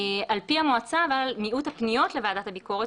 ועדת הפנים והגנת הסביבה